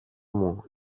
μου